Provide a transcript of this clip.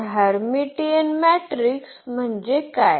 तर Hermitian matrix म्हणजे काय